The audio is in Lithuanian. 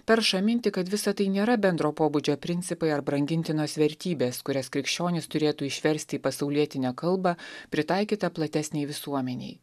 perša mintį kad visa tai nėra bendro pobūdžio principai ar brangintinos vertybės kurias krikščionys turėtų išversti į pasaulietinę kalbą pritaikytą platesnei visuomenei